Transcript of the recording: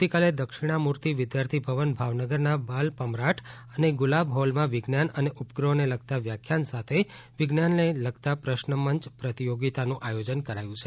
આવતીકાલે દક્ષિણામુર્તિ વિદ્યાર્થી ભવન ભાનવનગરના બાલ પમરાટ અને ગુલાબ હોલમાં વિજ્ઞાન અને ઉપગ્રહોને લગતાં વ્યાખ્યાન સાથે વિજ્ઞાનને લગતા પ્રશ્નમંચ પ્રતિયોગિતાનું આયોજન કરાયું છે